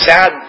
Sad